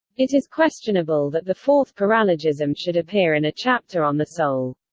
it is questionable that the fourth paralogism should appear in a chapter on the soul.